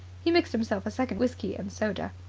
he mixed himself a second whisky and soda.